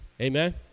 Amen